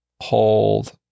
Hold